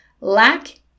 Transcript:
lack